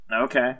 Okay